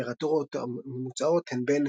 הטמפרטורות הממוצעות הן בין